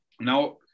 Now